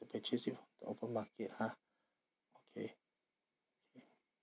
purchase it from the open market ah okay